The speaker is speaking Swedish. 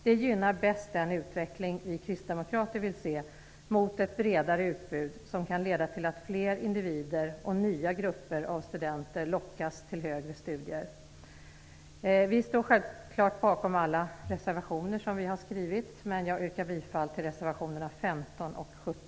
Det gynnar bäst den utveckling som vi kristdemokrater vill se mot ett bredare utbud som kan leda till att fler individer och nya grupper av studenter lockas till högre studier. Vi står självfallet bakom alla reservationer som vi har avgett, men jag yrkar bifall endast till reservationerna 15 och 17.